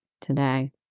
today